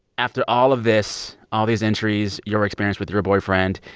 after all of this, all these entries, your experience with your boyfriend,